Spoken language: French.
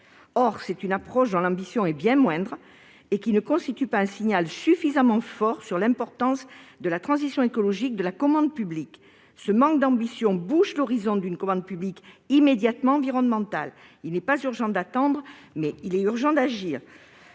Or une telle approche est moins ambitieuse et ne constitue pas un signal suffisamment fort sur l'importance de la transition écologique dans la commande publique. Ce manque d'ambition bouche l'horizon d'une commande publique immédiatement environnementale. Il n'est pas urgent d'attendre, il est urgent d'agir.